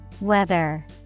Weather